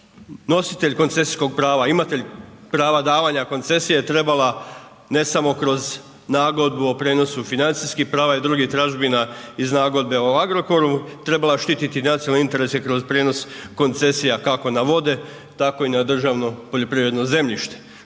nositelj koncesijskog prava, imatelj prava davanja koncesija je trebala ne samo kroz nagodbu o prijenosu financijskih prava i drugih tražbina iz nagodbe o Agrokoru, trebala je štiti nacionalne interese kroz prijenos koncesija kako na vode tako i na državno poljoprivredno zemljište